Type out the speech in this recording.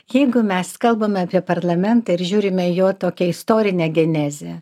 jeigu mes kalbame apie parlamentą ir žiūrime jo tokia istorinę genezę